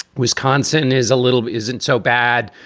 wisconsin is a little isn't so bad.